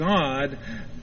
God